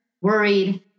worried